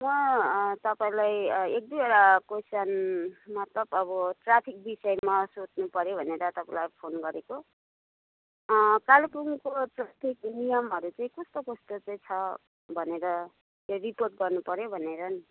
म तपईँलाई एक दुईवटा क्वेसन मतलब अब ट्राफिक विषयमा सोध्नु पऱ्यो भनेर तपईँलाई फोन गरेको कालेबुङको ट्राफिक नियमहरू चाहिँ कस्तो कस्तो चाहिँ छ भनेर त्यो रिपोर्ट गर्नु पऱ्यो भनेर नि